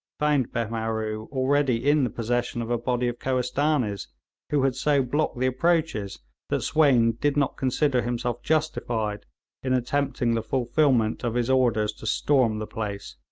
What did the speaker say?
found behmaroo already in the possession of a body of kohistanees, who had so blocked the approaches that swayne did not consider himself justified in attempting the fulfilment of his orders to storm the place